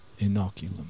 Inoculum